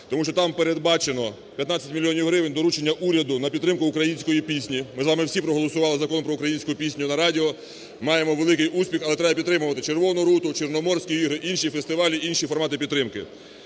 Тому що там передбачено 15 мільйонів гривень, доручення уряду, на підтримку української пісні. Ми з вами всі проголосували Закон про українську пісню на радіо, маємо великий успіх, але треба підтримувати "Червону руту", "Чорноморські ігри" і інші фестивалі, інші формати підтримки.